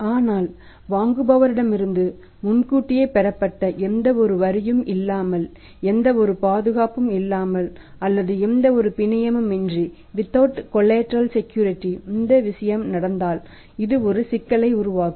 ஆனால் வாங்குபவர்களிடமிருந்து முன்கூட்டிய பெறப்பட்ட எந்தவொரு வரியும் இல்லாமல் எந்தவொரு பாதுகாப்பும் இல்லாமல் அல்லது வித்தவுட் கலைடரல் செக்யூரிட்டி இந்த விஷயம் நடந்தால் இது ஒரு சிக்கலை உருவாக்கும்